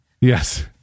yes